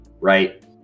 Right